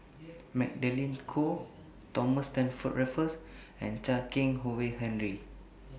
Magdalene Khoo Thomas Stamford Raffles and Chan Keng Howe Harry